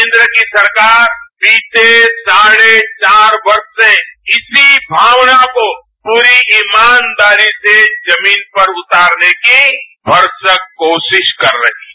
केन्द्र की सरकार बीते साढ़े चार वर्ष से इसी भावना को पूरी ईमानदारी से जमीन पर उतारने की भरसक कोशिश कर रही है